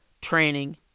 training